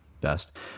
best